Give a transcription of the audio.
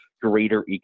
greater